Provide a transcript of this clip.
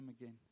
again